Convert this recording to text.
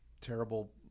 terrible